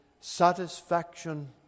satisfaction